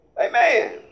Amen